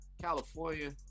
California